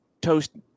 toast –